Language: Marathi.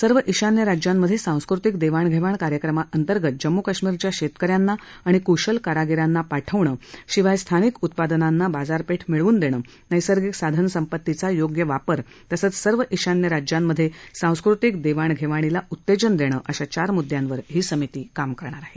सर्व ईशान्य राज्यांमधे सांस्कृतिक देवाणघेवाण कार्यक्रमाअंतर्गत जम्मू काश्मीरच्या शेतक यांना आणि कुशल कारागीरांना पाठवणं शिवाय स्थानिक उत्पादनांना बाजारपेठ मिळवून देणं नैसर्गिक साधनसंपत्तीचा योग्य वापर तसंच सर्व इर्शान्य राज्यांमधे सांस्कृतिक देवाणघेवाणीला उत्तेजन देणं अशा चार मुद्दयांवर ही समिती काम करणार आहे